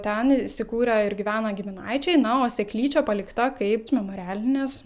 ten įsikūrę ir gyvena giminaičiai na o seklyčia palikta kaip memorialinis